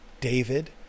David